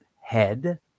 head